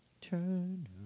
Turn